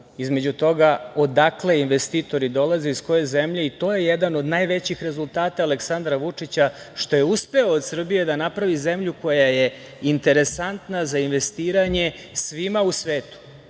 između toga odakle investitori dolaze, iz koje zemlje, i to je jedan od najvećih rezultata Aleksandra Vučića što je uspeo od Srbije da napravi zemlju koja je interesantna za investiranje svima u svetu. Mi